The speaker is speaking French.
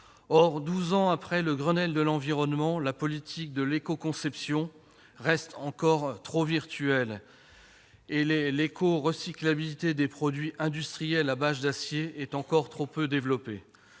Or, douze ans après le Grenelle de l'environnement, la politique de l'éco-conception reste trop virtuelle et l'éco-recyclabilité des produits industriels à base d'acier est encore trop peu développée.